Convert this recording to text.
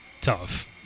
tough